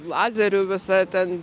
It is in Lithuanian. lazerių visa ten